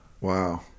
Wow